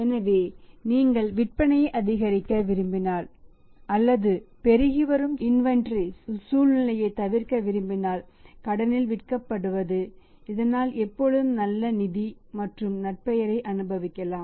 எனவே நீங்கள் விற்பனையை அதிகரிக்க விரும்பினால் அல்லது பெருகிவரும் இன்வெண்டரீஸ் சூழ்நிலையைத் தவிர்க்க விரும்பினால் கடனில் விற்கப்படுவது இதனால் எப்போதும் நல்ல நிதி மற்றும் நற்பெயரை அனுபவிக்கலாம்